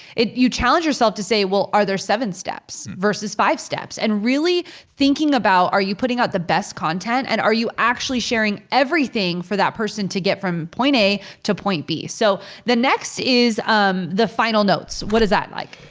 you challenge yourself to say, well are there seven steps versus five steps? and really thinking about are you putting out the best content and are you actually sharing everything for that person to get from point a to point b? so the next is um the final notes. what is that like?